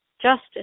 justice